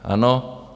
Ano.